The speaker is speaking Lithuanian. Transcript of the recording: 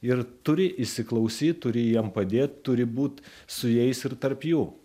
ir turi įsiklausyti turi jam padėt turi būt su jais ir tarp jų